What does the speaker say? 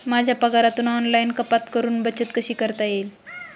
माझ्या पगारातून ऑनलाइन कपात करुन बचत कशी करता येईल?